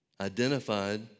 identified